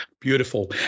Beautiful